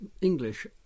English